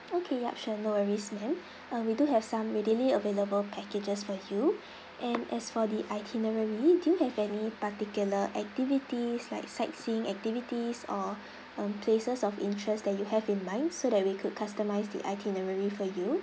okay yup sure no worries ma'am uh we do have some readily available packages for you and as for the itinerary do you have any particular activities like sightseeing activities or um places of interest that you have in mind so that we could customize the itinerary for you